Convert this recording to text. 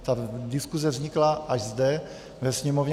Ta diskuse vznikla až zde ve Sněmovně.